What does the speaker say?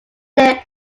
there